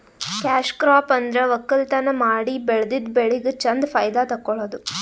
cash crop ಅಂದ್ರ ವಕ್ಕಲತನ್ ಮಾಡಿ ಬೆಳದಿದ್ದ್ ಬೆಳಿಗ್ ಚಂದ್ ಫೈದಾ ತಕ್ಕೊಳದು